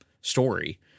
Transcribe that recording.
story